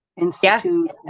Institute